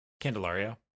Candelario